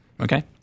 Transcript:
Okay